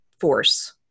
force